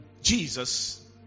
Jesus